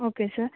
okay sir